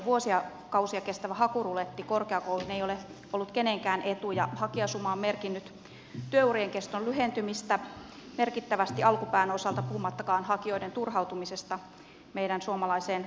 kymmenientuhansien vuosikausia kestävä hakuruletti korkeakouluihin ei ole ollut kenenkään etu ja hakijasuma on merkinnyt työurien keston lyhentymistä merkittävästi alkupään osalta puhumattakaan hakijoiden turhautumisesta meidän suomalaiseen korkeakoulujärjestelmäämme